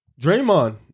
Draymond